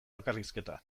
bakarrizketa